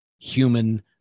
human